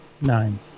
nine